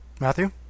Matthew